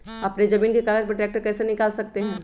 अपने जमीन के कागज पर ट्रैक्टर कैसे निकाल सकते है?